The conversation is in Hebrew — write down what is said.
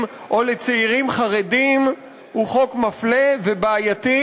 או לצעירים חרדים הוא חוק מפלה ובעייתי,